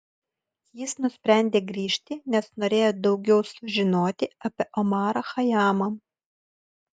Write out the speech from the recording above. jis nusprendė grįžti nes norėjo daugiau sužinoti apie omarą chajamą